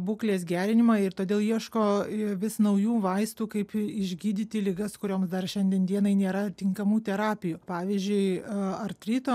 būklės gerinimą ir todėl ieško vis naujų vaistų kaip išgydyti ligas kuriom dar šiandien dienai nėra tinkamų terapijų pavyzdžiui artrito